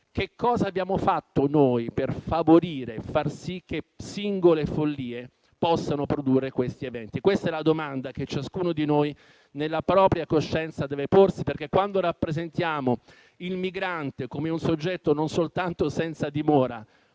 che cosa abbiamo fatto noi per favorire e far sì che singole follie possano produrre siffatti eventi? Questa è la domanda che ciascuno di noi nella propria coscienza deve porsi. Quando rappresentiamo il migrante come un soggetto non soltanto senza dimora,